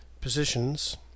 positions